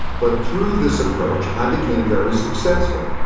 but through this approach, i became very successful.